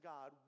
God